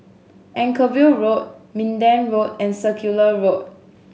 Anchorvale Road Minden Road and Circular Road